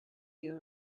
you